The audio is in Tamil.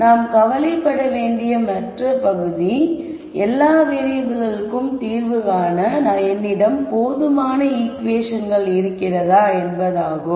நாம் கவலைப்பட வேண்டிய மற்ற பகுதி எல்லா வேறியபிள்களுக்கும் தீர்வு காண என்னிடம் போதுமான ஈகுவேஷன்கள் இருக்கிறதா என்பதாகும்